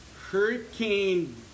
Hurricane